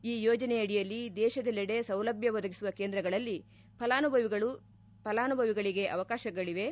ಈ ಯೋಜನೆಯಡಿಯಲ್ಲಿ ದೇಶದೆಲ್ಲಿಡೆ ಸೌಲಭ್ಯ ಒದಗಿಸುವ ಕೇಂದ್ರಗಳಲ್ಲಿ ಫಲಾನುಭವಿಗಳು ಅವಕಾಶಗಳಿವೆ